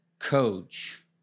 coach